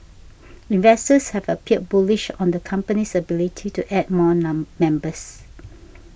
investors have appeared bullish on the company's ability to add more non members